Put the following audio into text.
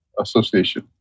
Association